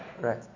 right